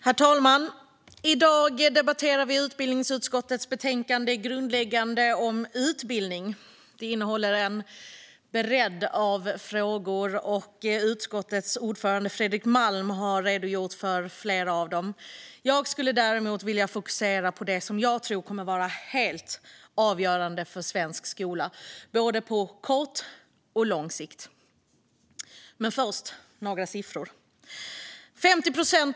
Herr talman! I dag debatterar vi utbildningsutskottets betänkande Grundläggande om utbildning . Det innehåller en bredd av frågor, och utskottets ordförande Fredrik Malm har redogjort för flera av dem. Jag skulle vilja fokusera på det som jag tror kommer att vara helt avgörande för svensk skola på både kort och lång sikt. Först vill jag nämna några siffror.